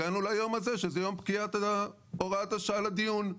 הגענו להיום הזה שזה יום פקיעת הוראת השעה לדיון,